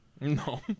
No